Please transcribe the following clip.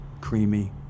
creamy